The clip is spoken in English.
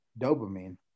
dopamine